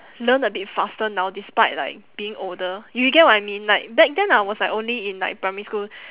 learn a bit faster now despite like being older you you get what I mean like back then I was like only in like primary school